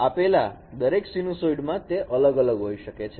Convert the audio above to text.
આપેલા દરેક સીનુસાઈડ માં તે અલગ અલગ હોઈ શકે છે